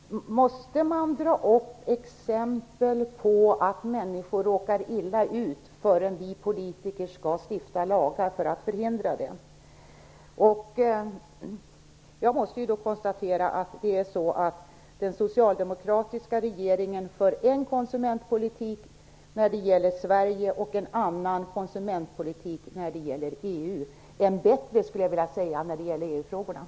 Fru talman! Måste det kunna anföras exempel på att människor råkar illa ut innan vi politiker stiftar lagar för att förhindra att sådant sker? Jag måste konstatera att den socialdemokratiska regeringen för en konsumentpolitik när det gäller Sverige och en annan när det gäller EU. Jag skulle vilja säga att den är bättre i EU-sammanhanget.